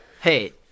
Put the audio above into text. hey